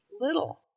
Little